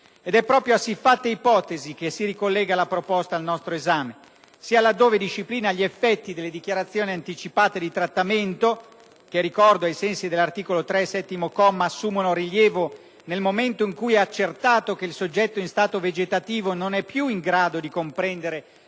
È proprio a siffatte ipotesi che si ricollega la proposta al nostro esame, sia laddove disciplina gli effetti delle dichiarazioni anticipate di trattamento (che, ai sensi dell'articolo 3, comma 7, assumono «rilievo nel momento in cui è accertato che il soggetto in stato vegetativo non è più in grado di comprendere